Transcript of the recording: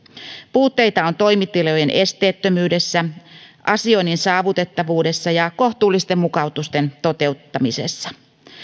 puutteita on toimitilojen esteettömyydessä asioinnin saavutettavuudessa ja kohtuullisten mukautusten toteuttamisessa